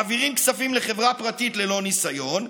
מעבירים כספים לחברה פרטית ללא ניסיון,